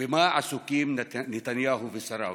במה עסוקים נתניהו ושריו?